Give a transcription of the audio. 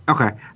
Okay